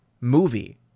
movie